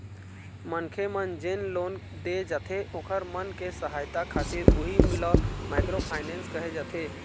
मनखे मन जेन लोन दे जाथे ओखर मन के सहायता खातिर उही ल माइक्रो फायनेंस कहे जाथे